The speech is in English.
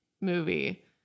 movie